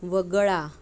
वगळा